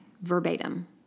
verbatim